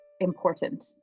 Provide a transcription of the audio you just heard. important